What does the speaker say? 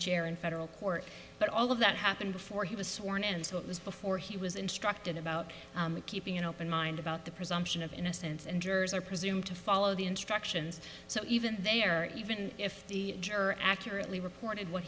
chair in federal court but all of that happened before he was sworn in and so it was before he was instructed about keeping an open mind about the presumption of innocence and jurors are presumed to follow the instructions so even they are even if the juror accurately reported what